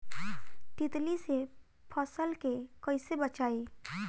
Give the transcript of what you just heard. तितली से फसल के कइसे बचाई?